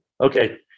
Okay